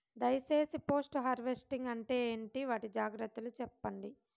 దయ సేసి post harvesting అంటే ఏంటి? వాటి జాగ్రత్తలు సెప్పండి?